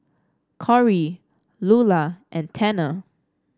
Korey Lula and Tanner